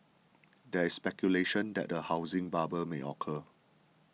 there is speculation that a housing bubble may occur